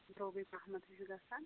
سرٛوگے پَہمَتھ ۂے چھُ گژھان